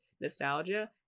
nostalgia